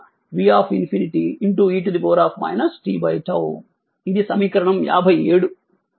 ఇది సమీకరణం 57